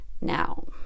Now